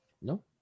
¿No